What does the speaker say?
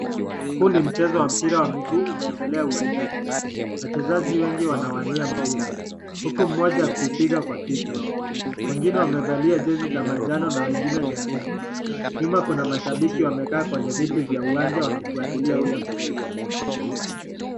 Huu ni mchezo wa mpira wa miguu unaendelea uwanjani. Wachezaji wengi wanawania mpira uku mmoja akiupiga kwa kichwa. Wengine wamevalia jezi za manjano na wengine nyekundu. Nyuma kuna mashambiki wamekaa kwenye viti vya uwanja wakifuatilia ule mchezo.